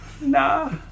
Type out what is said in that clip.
Nah